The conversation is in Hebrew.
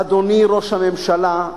אדוני ראש הממשלה,